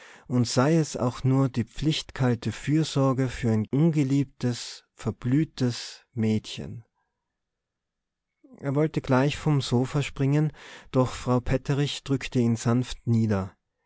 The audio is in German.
und sei es auch nur die pflichtkalte fürsorge für ein ungeliebtes verblühtes mädchen er wollte gleich vom sofa springen doch frau petterich drückte ihn sanft nieder